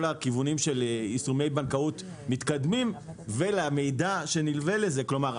הכיוונים של יישומי בנקאות מתקדמים ולמידע שנלווה לזה כלומר,